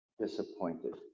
disappointed